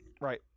Right